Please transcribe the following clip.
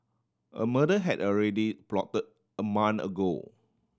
a murder had already plotted a month ago